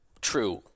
true